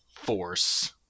force